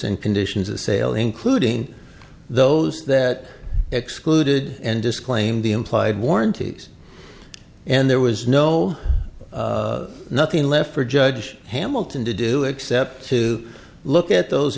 and conditions of sale including those that excluded and disclaimed the implied warranties and there was no nothing left for judge hamilton to do except to look at those